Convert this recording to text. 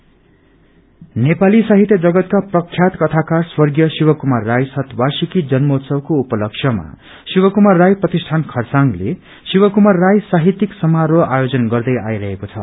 centenary Nepali साहित्य जगतका प्रख्यात कथाकार स्वर्गीय शिव कुमार राई शत वार्षिकी जन्मोत्सवको उपलक्ष्यमा शिव कुमार राई प्रतिष्ठान खरसाङले शिव कुमार राई साहित्यिक समारोह आयोजन गर्दै आईरहेको छ